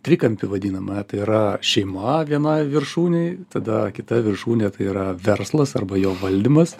trikampį vadinamą tai yra šeima viena viršūnė tada kita viršūnė tai yra verslas arba jo valdymas